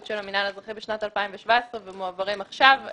של המינהל האזרחי בשנת 2017 ומועברים עכשיו.